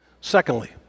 Secondly